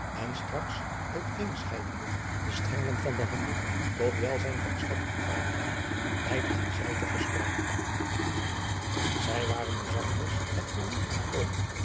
en straks uit een scheidende de stralen van den handel tot welzijn van stad en vaderland wijd en zijd te verspreiden zij waren nu zachtjes het gewoel ontkomen